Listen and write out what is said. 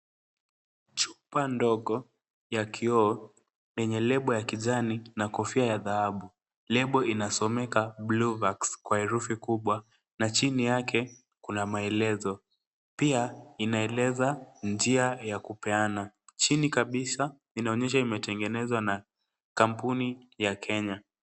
Chupa ndogo ya kioo yenye lebo ya kijani na kofia ya dhahabu. Lebo inasomeka, blue vax, kwa herufi kubwa na chini yake kuna maelezo. Lia inaeleza njia ya kupeana. Chini kabisa inaonyesha imetengenezwa na kampuni ya Kenya.